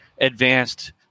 advanced